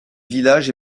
village